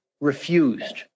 refused